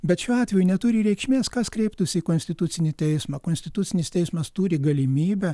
bet šiuo atveju neturi reikšmės kas kreiptųsi į konstitucinį teismą konstitucinis teismas turi galimybę